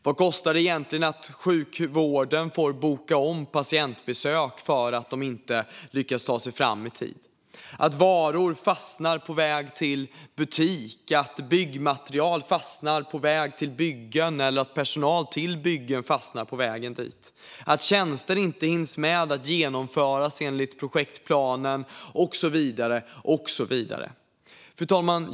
Vad kostar det egentligen att sjukvården får boka om patientbesök när patienterna inte lyckas ta sig fram i tid, att varor fastnar på väg till butik, att byggmaterial och personal fastnar på väg till bygget, att tjänster inte hinner med att genomföras enligt projektplan och så vidare?